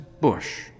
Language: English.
bush